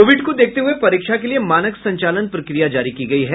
Covid को देखते हुये परीक्षा के लिए मानक संचालन प्रक्रिया जारी की गयी है